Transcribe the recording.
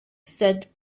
sed